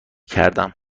کردم